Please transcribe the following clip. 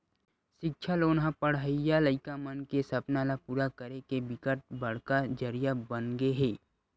सिक्छा लोन ह पड़हइया लइका मन के सपना ल पूरा करे के बिकट बड़का जरिया बनगे हे